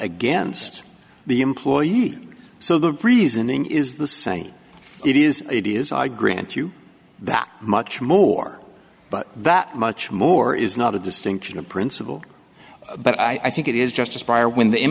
against the employee so the reasoning is the same it is it is i grant you that much more but that much more is not a distinction of principle but i think it is just aspire when the